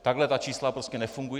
Takhle ta čísla prostě nefungují.